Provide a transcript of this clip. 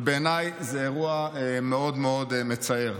ובעיניי זה אירוע מאוד מאוד מצער.